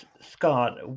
scott